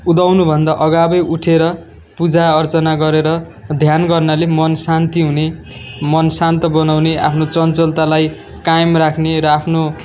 उदाउनुभन्दा अगावै उठेर पूजा अर्चना गरेर ध्यान गर्नाले मन शान्ति हुने मन शान्त बनाउने आफ्नो चञ्चलतालाई कायम राख्ने र आफ्नो